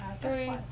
Three